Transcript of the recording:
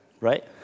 right